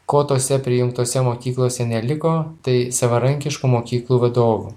ko tose prijungtose mokyklose neliko tai savarankiškų mokyklų vadovų